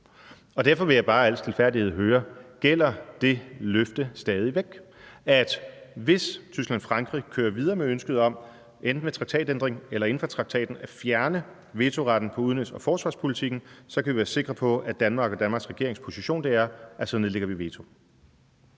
Og derfor vil jeg bare i al stilfærdighed høre: Gælder det løfte stadig væk, at hvis Tyskland og Frankrig kører videre med ønsket om enten ved traktatændring eller inden for traktaten at fjerne vetoretten på udenrigs- og forsvarspolitikken, kan vi være sikre på, at Danmark og Danmarks regerings position er, at så nedlægger vi veto?